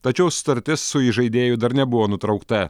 tačiau sutartis su įžaidėju dar nebuvo nutraukta